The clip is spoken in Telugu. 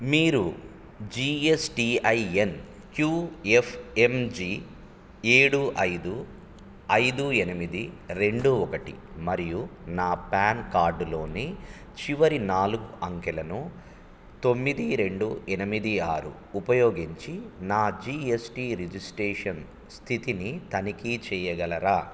మీరు జీఎస్టీఐఎన్ క్యూఎఫ్ఎమ్జీ ఏడు ఐదు ఐదు ఎనిమిది రెండు ఒకటి మరియు నా ప్యాన్కార్డ్లోని చివరి నాలుగు అంకెలను తొమ్మిది రెండు ఎనిమిది ఆరు ఉపయోగించి నా జీఎస్టీ రిజిస్ట్రేషన్ స్థితిని తనిఖీ చేయగలరా